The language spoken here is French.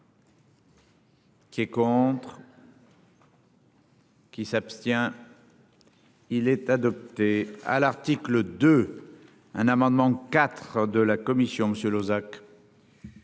Qui est contre. Qui s'abstient. Il est adopté à l'article de un amendement IV de la Commission monsieur